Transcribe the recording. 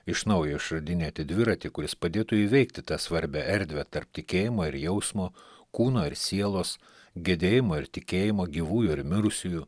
iš naujo išradinėti dviratį kuris padėtų įveikti tą svarbią erdvę tarp tikėjimo ir jausmo kūno ir sielos gedėjimo ir tikėjimo gyvųjų ir mirusiųjų